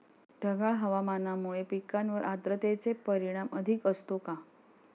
ढगाळ हवामानामुळे पिकांवर आर्द्रतेचे परिणाम अधिक असतो का?